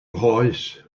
nghoes